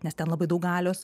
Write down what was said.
nes ten labai daug galios